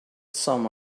some